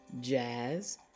Jazz